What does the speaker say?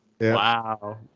Wow